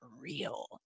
real